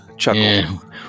Chuckle